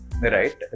right